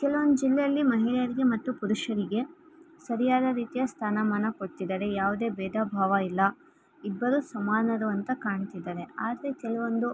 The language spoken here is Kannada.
ಕೆಲವೊಂದು ಜಿಲ್ಲೆಯಲ್ಲಿ ಮಹಿಳೆಯರಿಗೆ ಮತ್ತು ಪುರುಷರಿಗೆ ಸರಿಯಾದ ರೀತಿಯ ಸ್ಥಾನಮಾನ ಕೊಡ್ತಿದ್ದಾರೆ ಯಾವುದೇ ಭೇದ ಭಾವ ಇಲ್ಲ ಇಬ್ಬರೂ ಸಮಾನರು ಅಂತ ಕಾಣ್ತಿದ್ದಾರೆ ಆದರೆ ಕೆಲವೊಂದು